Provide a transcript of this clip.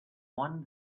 won